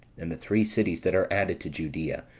and the three cities that are added to judea,